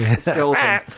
skeleton